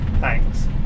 thanks